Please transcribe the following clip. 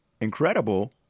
incredible